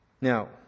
Now